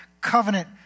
covenant